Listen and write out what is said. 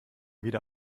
wieder